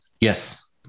Yes